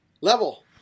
level